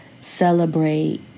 celebrate